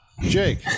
Jake